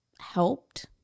helped